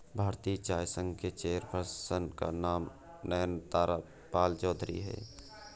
भारतीय चाय संघ के चेयर पर्सन का नाम नयनतारा पालचौधरी हैं